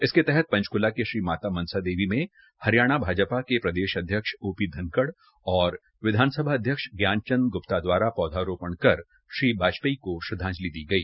इसके तहत पंचकूला के श्री माता मनसा देवी में हरियाणा भाजपा के प्रदेश अध्यक्ष ओ पी धनखड़ और विधानसभा अध्यक्ष ज्ञान चदं ग्प्ता दवारा पौधारोपण कर श्री वाजपेयी को श्रद्वांजलि दी गई